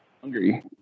hungry